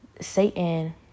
Satan